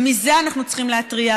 ועל זה אנחנו צריכים להתריע,